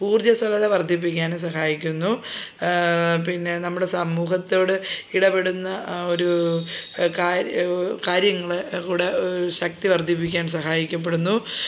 ഊർജസ്വലത വർധിപ്പിക്കാനും സഹായിക്കുന്നു പിന്നെ നമ്മുടെ സമൂഹത്തോട് ഇടപെടുന്ന ഒരൂ കാര്യ കാര്യങ്ങള് കൂടെ ശക്തി വർദ്ധിപ്പിക്കാൻ സഹായിക്കപ്പെടുന്നു